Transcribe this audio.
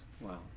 wow